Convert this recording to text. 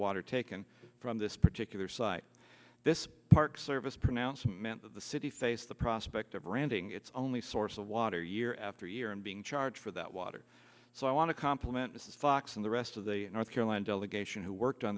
water taken from this particular site this park service pronouncement of the city faced the prospect of branding its only source of water year after year and being charge for that water so i want to compliment mrs fox and the rest of the north carol delegation who worked on